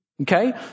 Okay